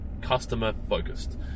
customer-focused